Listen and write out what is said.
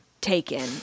taken